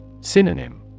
Synonym